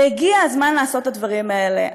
הגיע הזמן לעשות את הדברים האלה.